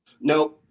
No